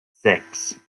sechs